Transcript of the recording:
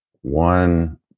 one